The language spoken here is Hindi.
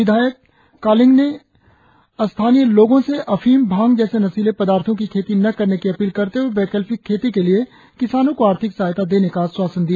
विधायक कालिंग ने स्थानीय लोगों से अफिम भांग जैसे नशीले पदार्थों की खेती न करने की अपील करते हुए वैकल्पिक खेती के लिए किसानों को आर्थिक सहायता देने का आश्वासन दिया